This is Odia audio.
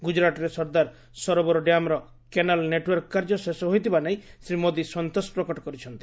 ଗୁଜରାଟରେ ସର୍ଦ୍ଦାର ସରୋବର ଡ୍ୟାମ୍ର କେନାଲ୍ ନେଟୱାର୍କ କାର୍ଯ୍ୟ ଶେଷ ହୋଇଥିବା ନେଇ ଶ୍ରୀ ମୋଦୀ ସନ୍ତୋଷ ପ୍ରକଟ କରିଛନ୍ତି